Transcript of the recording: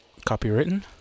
copywritten